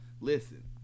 Listen